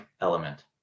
element